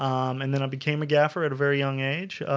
um and then i became a gaffer at a very young age.